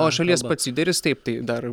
o šalies pats lyderis taip tai dar